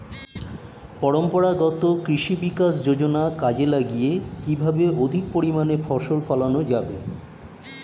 পরম্পরাগত কৃষি বিকাশ যোজনা কাজে লাগিয়ে কিভাবে অধিক পরিমাণে ফসল ফলানো যাবে?